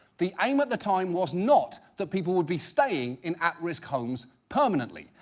the aim at the time was not that people would be staying in at-risk homes permanently,